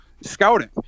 scouting